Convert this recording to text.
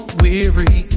weary